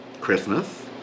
Christmas